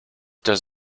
does